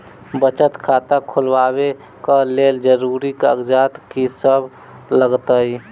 बचत खाता खोलाबै कऽ लेल जरूरी कागजात की सब लगतइ?